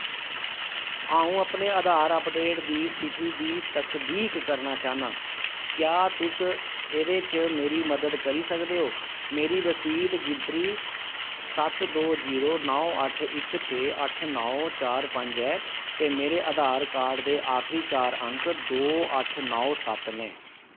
अ'ऊं अपने आधार अपडेट दी स्थिति दी तसदीक करना चाह्न्नां क्या तुस एह्दे च मेरी मदद करी सकदे ओ मेरी रसीद गिनतरी सत्त दो जीरो नौ अट्ठ इक छे अट्ठ नौ चार पंज ऐ ते मेरे आधार कार्ड दे आखरी चार अंक दो अट्ठ नौ सत्त न